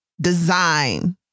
design